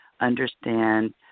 understand